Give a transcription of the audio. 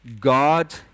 God